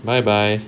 bye bye